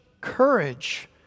courage